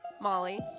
Molly